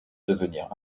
devenir